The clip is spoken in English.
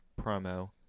promo